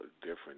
different